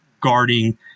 guarding